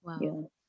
wow